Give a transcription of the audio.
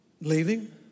leaving